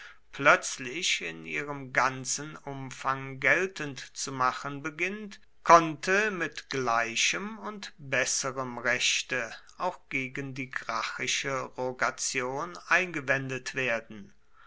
plötzlich in ihrem ganzen umfang geltend zu machen beginnt konnte mit gleichem und besserem rechte auch gegen die gracchische rogation eingewendet werden